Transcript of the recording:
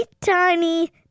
tiny